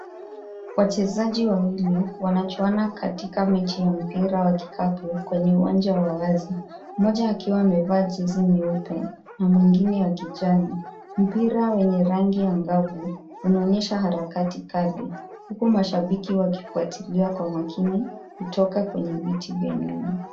Wachezaji wawili wanachuana katika mechi ya mpira wa kikapu kwenye uwanja wa wazi. Mmoja akiwa amevaa jezi nyeupe na mwingine ya kijani. Mpira wenye rangi angavu unaonyesha harakati kali huku mashabiki wakifuatilia kwa makini kutoka kwenye viti vya nyuma.